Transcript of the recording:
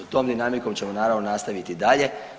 Tom dinamikom ćemo naravno nastaviti i dalje.